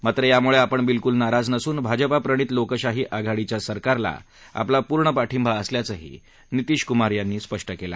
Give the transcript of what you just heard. मात्र यामुळे आपण बिलकुल नाराज नसून भाजपा प्रणित लोकशाही आघाडीच्या सरकारला आपला पूर्ण पाठिंबा असल्यायही नितीष कुमार यांनी स्पष्ट केलं